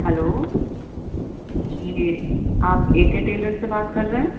hello یہ آپ A K tailor سے بات کر رہے ہیں